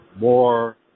more